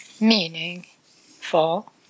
meaningful